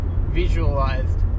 visualized